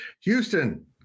Houston